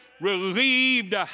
relieved